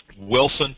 Wilson